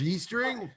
G-string